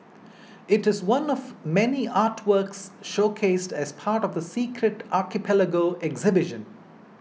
it is one of many artworks showcased as part of the Secret Archipelago exhibition